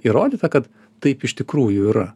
įrodyta kad taip iš tikrųjų yra